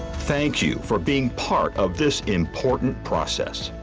thank you for being part of this important process.